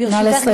נא לסיים.